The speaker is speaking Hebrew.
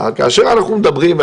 אבל כאשר אנחנו מדברים,